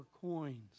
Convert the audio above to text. coins